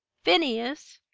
phineas!